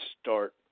start